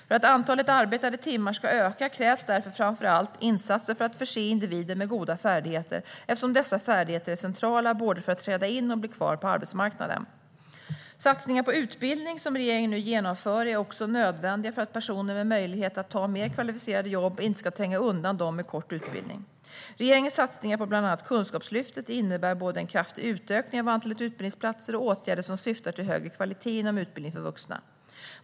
För att antalet arbetade timmar ska öka krävs därför framför allt insatser för att förse individer med goda färdigheter, eftersom dessa färdigheter är centrala både för att träda in och för att bli kvar på arbetsmarknaden. Satsningar på utbildning, som regeringen nu genomför, är också nödvändiga för att personer med möjlighet att ta mer kvalificerade jobb inte ska tränga undan dem med kort utbildning. Regeringens satsningar på bland annat Kunskapslyftet innebär både en kraftig utökning av antalet utbildningsplatser och åtgärder som syftar till högre kvalitet inom utbildning för vuxna.